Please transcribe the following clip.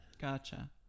Gotcha